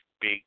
big